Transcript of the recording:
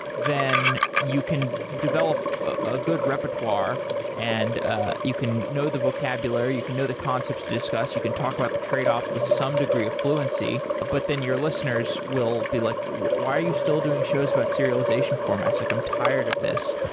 then you can develop a good repertoire and ah you can know the vocabulary, you can know the concepts to discuss, you can talk about the tradeoffs with some degree of fluency, but then your listeners will be like, why are you still doing shows about serialization formats? like i'm tired of this.